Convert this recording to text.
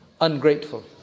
ungrateful